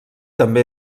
també